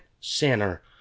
sinner